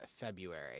February